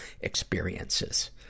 experiences